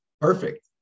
perfect